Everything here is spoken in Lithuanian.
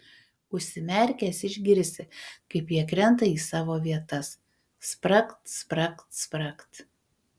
užsimerkęs išgirsi kaip jie krenta į savo vietas spragt spragt spragt